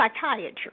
Psychiatry